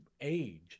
age